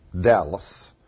Dallas